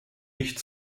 nicht